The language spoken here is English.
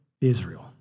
Israel